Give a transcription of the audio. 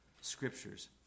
scriptures